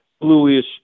bluish